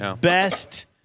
best